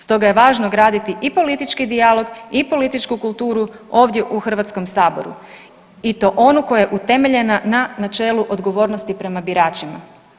Stoga je važno graditi i politički dijalog i političku kulturu ovdje u HS-u i to onu koja je utemeljena na načelu odgovornosti prema biračima.